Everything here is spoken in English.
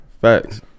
Facts